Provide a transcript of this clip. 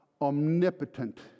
omnipotent